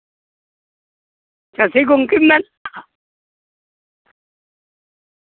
ᱪᱟᱹᱥᱤ ᱜᱚᱝᱠᱮᱢ ᱢᱮᱱᱫᱟ